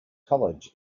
college